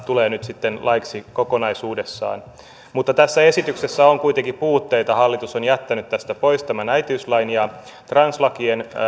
tulee nyt laiksi kokonaisuudessaan mutta tässä esityksessä on kuitenkin puutteita hallitus on jättänyt tästä pois tämän äitiyslain ja translakien